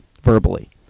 verbally